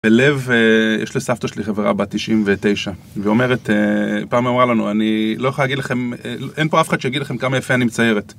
בלב, יש לסבתא שלי חברה בת תשעים ותשע ואומרת, פעם היא אומרה לנו אני לא יכולה להגיד לכם, אין פה אף אחד שיגיד לכם כמה יפה אני מציירת.